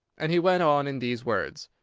and he went on in these words